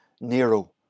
Nero